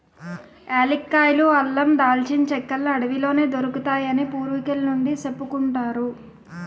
ఏలక్కాయలు, అల్లమూ, దాల్చిన చెక్కలన్నీ అడవిలోనే దొరుకుతాయని పూర్వికుల నుండీ సెప్పుకుంటారు